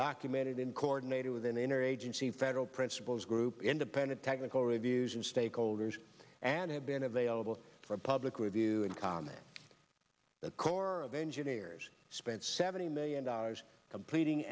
documented in coordinated with an interagency federal principals group independent technical reviews and stakeholders and have been available for public review and comment the corps of engineers spent seventy million dollars completing